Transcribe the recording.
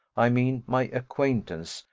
i mean my acquaintance,